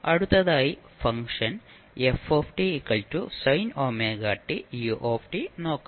അടുത്തതായി function fsin ωt u നോക്കാം